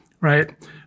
Right